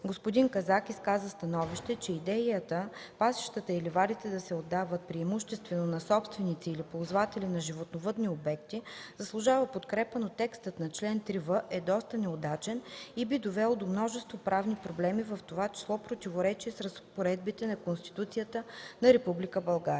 Господин Казак изказа становище, че идеята пасищата и ливадите да се отдават преимуществено на собственици или ползватели на животновъдни обекти заслужава подкрепа, но текстът на чл. 3в е доста неудачен и би довел до множество правни проблеми, в това число противоречие с разпоредбите на Конституцията на